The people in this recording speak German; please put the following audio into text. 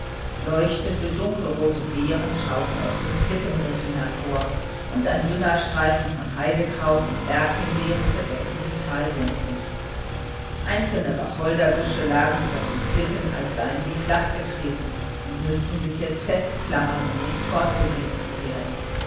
leuchtende dunkelrote beeren schauten aus den klippenriffen hervor und ein dünner streifen von heidekraut und berghimbeeren bedeckte die talsenkung einzelne wacholderbüsche lagen über den klippen als seien sie flachgetreten und müßten sich jetzt festklammern um nicht fortgeweht zu werden